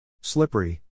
Slippery